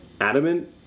adamant